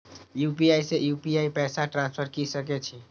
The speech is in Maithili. यू.पी.आई से यू.पी.आई पैसा ट्रांसफर की सके छी?